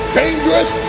dangerous